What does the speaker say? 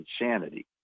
insanity